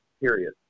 Period